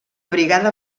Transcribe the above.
brigada